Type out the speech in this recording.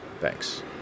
Thanks